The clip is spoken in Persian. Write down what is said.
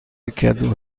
کدو